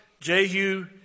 Jehu